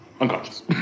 unconscious